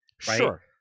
Sure